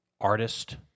artist